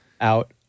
out